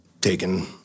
taken